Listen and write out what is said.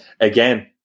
Again